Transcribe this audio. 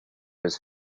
was